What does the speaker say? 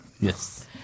Yes